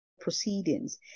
proceedings